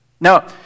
Now